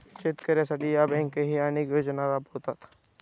शेतकऱ्यांसाठी या बँकाही अनेक योजना राबवतात